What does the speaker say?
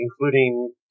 including